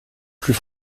plus